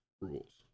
rules